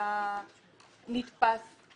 שאתה פועל בניגוד להוראות החוק.